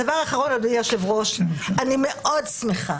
דבר אחרון, אדוני היושב-ראש, אני מאוד שמחה